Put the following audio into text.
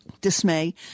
dismay